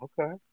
Okay